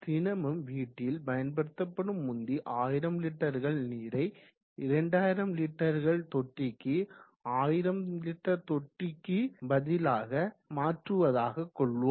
தினமும் வீட்டில் பயன்படுத்தும் உந்தி 1000 லிட்டர்கள் நீரை 2000லிட்டர்கள் தொட்டிக்கு 1000 லிட்டர் தொட்டிக்கு பதிலாக மாற்றுவதாக கொள்வோம்